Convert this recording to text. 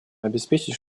обеспечить